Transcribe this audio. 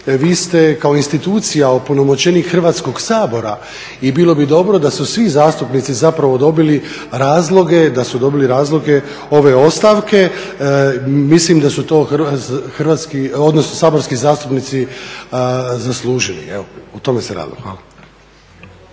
vi ste kao institucija opunomoćenik Hrvatskog sabora i bilo bi dobro da su svi zastupnici zapravo dobili razloge ove ostavke. Mislim da su to saborski zastupnici zaslužili. Evo, o tome se radilo. Hvala.